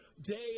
day